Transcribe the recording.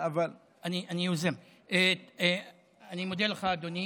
לך, אדוני.